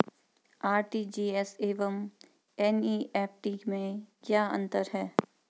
RTGS एवं NEFT में क्या अंतर है?